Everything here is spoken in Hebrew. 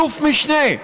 אלוף משנה,